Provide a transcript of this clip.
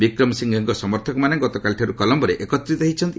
ବିକ୍ରମ ସିଂଘେଙ୍କ ସମର୍ଥକମାନେ ଗତକାଲିଠାର୍ଚ କଲମ୍ବୋରେ ଏକତ୍ରିତ ହୋଇଛନ୍ତି